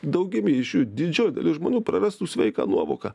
daugybė iš jų didžioji dalis žmonių prarastų sveiką nuovoką